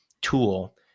tool